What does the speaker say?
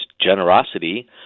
generosity